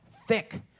thick